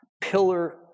pillar